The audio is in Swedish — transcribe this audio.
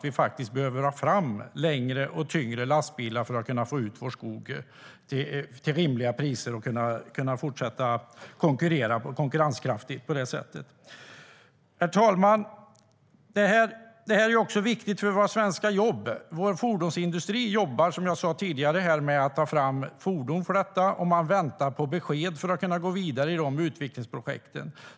Vi behöver få fram längre och tyngre lastbilar för att transportera skog till rimliga priser, så att vi kan bli konkurrenskraftiga. Herr talman! Det här är också viktigt för de svenska jobben. Som jag sa tidigare arbetar vår fordonsindustri med att ta fram fordon för detta, och man väntar på besked för att kunna gå vidare med dessa utvecklingsprojekt.